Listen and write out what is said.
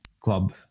club